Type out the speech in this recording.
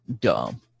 dumb